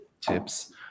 tips